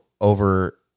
over